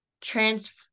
trans